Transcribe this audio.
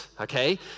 okay